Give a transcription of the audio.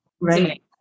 right